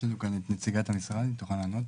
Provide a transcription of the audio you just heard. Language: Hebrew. יש לנו כאן את נציגת המשרד, היא תוכל לענות.